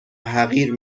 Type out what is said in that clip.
حقیر